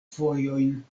fojojn